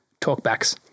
talkbacks